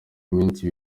iminsi